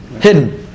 hidden